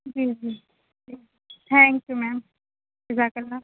جی جی thank you ma'am جزاک الله